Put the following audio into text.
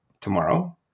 tomorrow